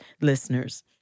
listeners